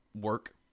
work